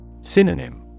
Synonym